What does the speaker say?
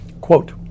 quote